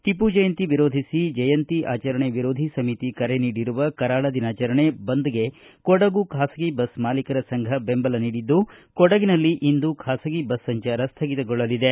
ಟಿಪ್ಪು ಜಯಂತಿ ವಿರೋಧಿಸಿ ಜಯಂತಿ ಆಚರಣೆ ವಿರೋಧಿ ಸಮಿತಿ ಕರೆ ನೀಡಿರುವ ಕರಾಳ ದಿನಾಚರಣೆ ಬಂದ್ಗೆ ಕೊಡಗು ಖಾಸಗಿ ಬಸ್ ಮಾಲೀಕರ ಸಂಘ ಬೆಂಬಲ ನೀಡಿದ್ದು ಕೊಡಗಿನಲ್ಲಿ ಇಂದು ಖಾಸಗಿ ಬಸ್ ಸಂಚಾರ ಸ್ಥಗಿತಗೊಳ್ಳಲಿದೆ